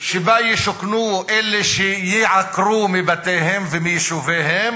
שבה ישוכנו אלה שייעקרו מבתיהם ומיישוביהם